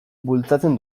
bultzatzen